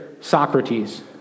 Socrates